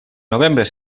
novembre